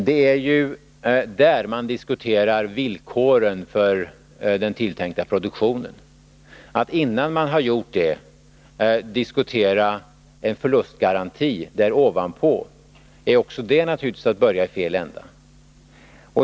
Det är ju där man diskuterar villkoren för den tilltänkta produktionen. Att innan man har gjort detta diskutera en förlustgaranti är naturligtvis att börja i fel ända.